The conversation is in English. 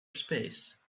space